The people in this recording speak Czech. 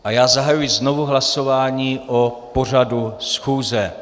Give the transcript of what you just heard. A já zahajuji znovu hlasování o pořadu schůze.